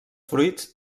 fruits